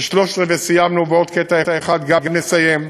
ששלושת-רבעי סיימנו ועוד קטע אחד גם נסיים.